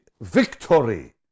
victory